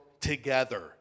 together